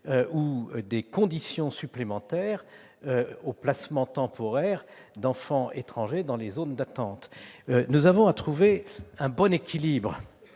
ou des conditions supplémentaires au placement temporaire d'enfants étrangers dans les zones d'attente. Nous avons à trouver un bon équilibre